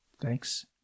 thanks